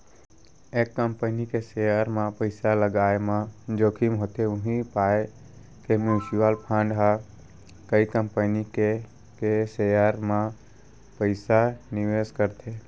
एक कंपनी के सेयर म पइसा लगाय म जोखिम होथे उही पाय के म्युचुअल फंड ह कई कंपनी के के सेयर म पइसा निवेस करथे